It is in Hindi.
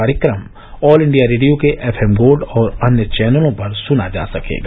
कार्यक्रम ऑल इंडिया रेडियो के एफ एम गोल्ड और अन्य चैनलों पर सुना जा सकेगा